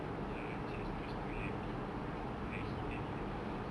ya it's like supposed to like be old like hidden in the grass